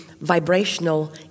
vibrational